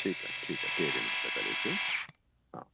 ठीकु आहे ठीकु आहे टीह रिम्स था करे अचूं हा